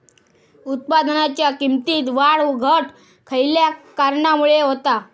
उत्पादनाच्या किमतीत वाढ घट खयल्या कारणामुळे होता?